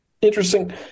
Interesting